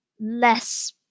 less